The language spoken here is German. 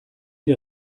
der